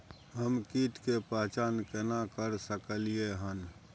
हम कीट के पहचान केना कर सकलियै हन?